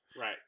right